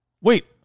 wait